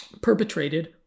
perpetrated